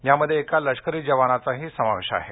यामध्ये एका लष्करी जवानाचाही सामावेश आहे